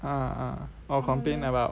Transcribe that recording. ah ah complain about